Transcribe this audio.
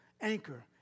anchor